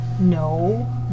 No